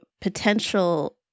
potential